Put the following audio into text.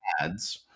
ads